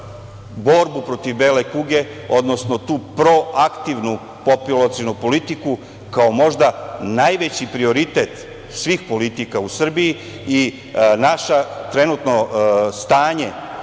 borbu protiv bele kuge odnosno tu proaktivnu populacionu politiku kao možda najveći prioritet svih politika u Srbiji i naše trenutno stanje